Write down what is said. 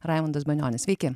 raimundas banionis sveiki